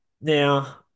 now